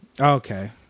Okay